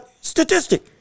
statistic